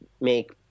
make